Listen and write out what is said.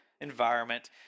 environment